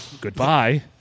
Goodbye